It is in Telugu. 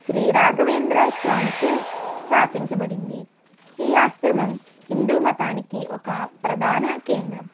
శ్రీ రాఘవేంద్ర స్వామి చే స్థాపించబడింది ఈ ఆశ్రమం హిందూ మతానికి ఒక ప్రధాన కేంద్రం